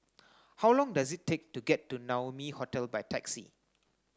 how long does it take to get to Naumi Hotel by taxi